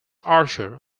archer